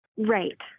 Right